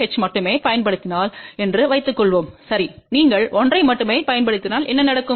H மட்டுமே பயன்படுத்தினால் என்று வைத்துக்கொள்வோம் சரி நீங்கள் ஒன்றை மட்டுமே பயன்படுத்தினால் என்ன நடக்கும்